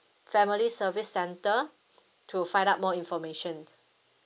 family service centre to find out more information